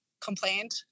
complained